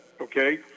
Okay